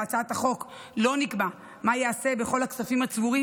בהצעת החוק לא נקבע מה ייעשה בכל הכספים הצבורים